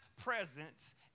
presence